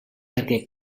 perquè